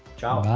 ciao! bye!